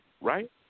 right